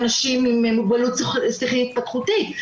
יש חקיקה לגבי אנשים עם מוגבלות שכלית התפתחותית,